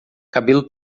cabelo